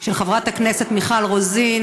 של חברת הכנסת מיכל רוזין.